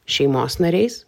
šeimos nariais